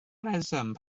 rheswm